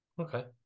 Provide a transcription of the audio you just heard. Okay